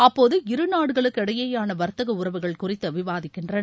அப்போது இருநாடுகளுக்கு இடையேயான வர்த்தக உறவுகள் குறித்து விவாதிக்கின்றனர்